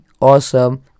awesome